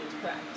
correct